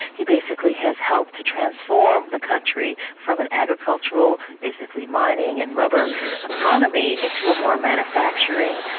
he basically has helped to transform the country from an agricultural, basically mining and rubber economy, into a more manufacturing,